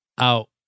out